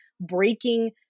breaking